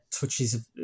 touches